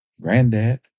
Granddad